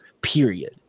period